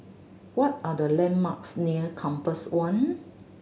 what are the landmarks near Compass One